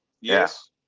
Yes